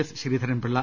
S Sreedharan Pillai